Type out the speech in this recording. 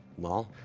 well,